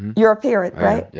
you're a parent, right yeah